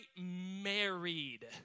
married